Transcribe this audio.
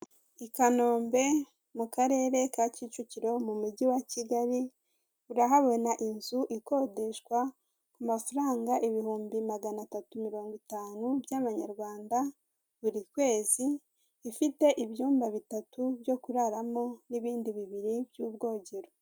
Abantu batandukanye bafite amadapo y'ibara ry'umweru ubururu n'umutuku yanditseho Efuperi bakikije umukuru w'igihugu perezida Poul Kagame wambaye ingofero y'umukara umupira w'umweru, uriho ikirangantego cya efuperi wazamuye akaboko.